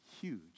huge